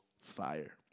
fire